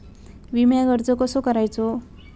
विम्याक अर्ज कसो करायचो?